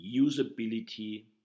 usability